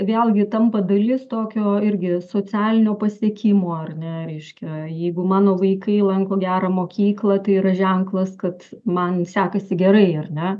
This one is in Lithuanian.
vėlgi tampa dalis tokio irgi socialinio pasiekimo ar ne reiškia jeigu mano vaikai lanko gerą mokyklą tai yra ženklas kad man sekasi gerai ar ne